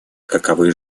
каковы